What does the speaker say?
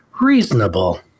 reasonable